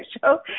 show